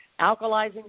alkalizing